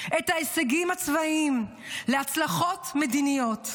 את ההישגים הצבאיים להצלחות מדיניות.